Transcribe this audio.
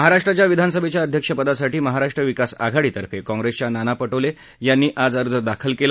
महाराष्ट्राच्या विधानसभेच्या अध्यक्षपदासाठी महाराष्ट्र विकास आघाडीतर्फे काँग्रेसच्या नाना पटोले यांनी आज अर्ज दाखल केला